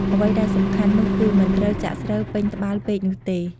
អ្វីដែលសំខាន់នោះគឺមិនត្រូវចាក់ស្រូវពេញត្បាល់ពេកនោះទេ។